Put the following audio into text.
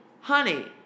honey